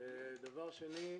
דבר שני,